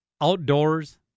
outdoors